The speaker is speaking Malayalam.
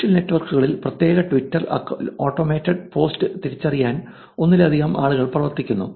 സോഷ്യൽ നെറ്റ്വർക്കുകളിൽ പ്രത്യേകിച്ച് ട്വിറ്ററിൽ ഓട്ടോമേറ്റഡ് പോസ്റ്റ് തിരിച്ചറിയാൻ ഒന്നിലധികം ആളുകൾ പ്രവർത്തിക്കുന്നു